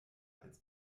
als